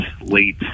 late